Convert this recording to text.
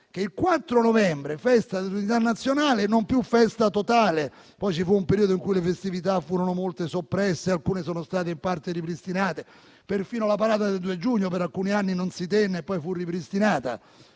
che il 4 novembre era Festa dell'Unità nazionale e non più festa totale. Poi ci fu un periodo in cui molte festività furono soppresse, alcune delle quali sono state in parte ripristinate; perfino la parata del 2 giugno per alcuni anni non si tenne e poi fu ripristinata,